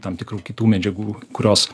tam tikrų kitų medžiagų kurios